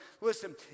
Listen